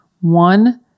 One